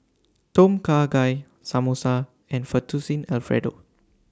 Tom Kha Gai Samosa and Fettuccine Alfredo